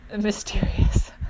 mysterious